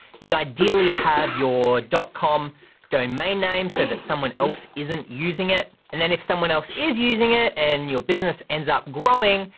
you'd ideally have your dot com domain name so that someone else isn't using it. and then if someone else is using it, and your business ends up growing,